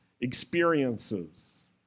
experiences